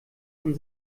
von